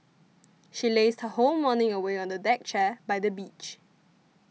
she lazed her whole morning away on a deck chair by the beach